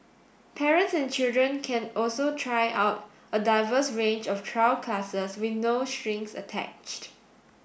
parents and children can also try out a diverse range of trial classes with no strings attached